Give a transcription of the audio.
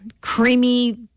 creamy